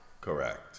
Correct